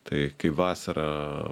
tai kai vasarą